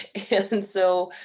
and so,